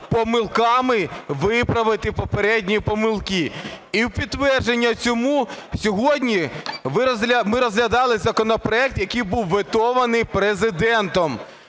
помилками виправити попередні помилки. І в підтвердження цьому сьогодні ми розглядали законопроект, який був ветований Президентом.